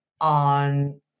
on